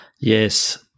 Yes